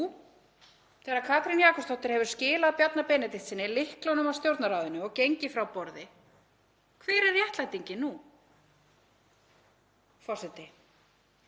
þegar Katrín Jakobsdóttir hefur skilað Bjarna Benediktssyni lyklunum að Stjórnarráðinu og gengið frá borði, hver er réttlætingin nú? Forseti.